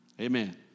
Amen